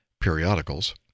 periodicals